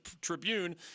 Tribune